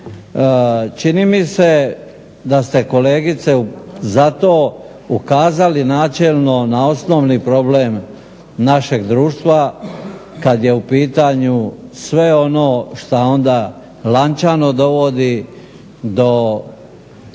Čini mi se kolegice da ste za to ukazali načelno na osnovi problem našeg društva kada je u pitanju sve ono što lančano dovodi do